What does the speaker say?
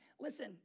Listen